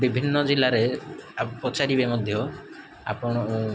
ବିଭିନ୍ନ ଜିଲ୍ଲାରେ ଆଉ ପଚାରିବେ ମଧ୍ୟ ଆପଣ